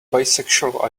bisexual